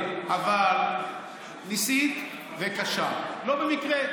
הוא הרשה לך לשאול, הוא יענה לך.